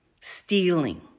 stealing